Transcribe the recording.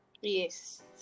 Yes